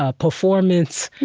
ah performance,